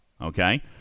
okay